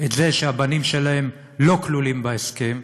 את זה שהבנים שלהן לא כלולים בהסכם,